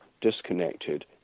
disconnected